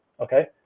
okay